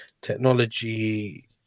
technology